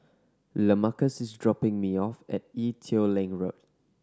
Lamarcus is dropping me off at Ee Teow Leng Road